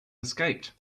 escaped